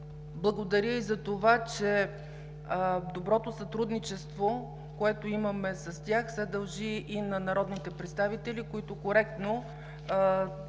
Благодаря и за това, че доброто сътрудничество, което имаме с тях, се дължи и на народните представители, които коректно в